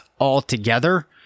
altogether